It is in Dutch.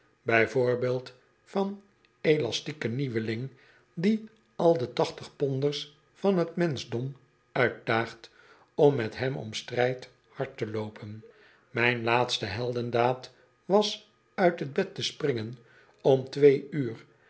voorbeeld van elastieke nieuweling die al de tachtigponders van t menschdom uitdaagt om met hem om strijd hard te loop en mijn laatste heldendaad was uit t bed te springen om twee uur